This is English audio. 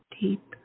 deep